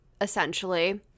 Essentially